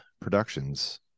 Productions